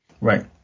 Right